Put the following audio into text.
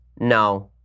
No